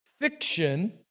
fiction